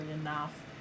enough